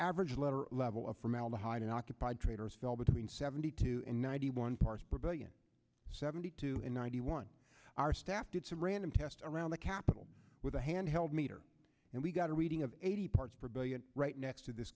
average letter level of formaldehyde in occupied traders fell between seventy two and ninety one parts per billion seventy two and ninety one our staff did some random test around the capitol with a handheld meter and we got a reading of eighty parts per billion right next to this